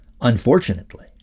Unfortunately